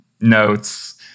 notes